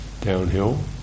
downhill